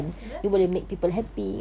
betul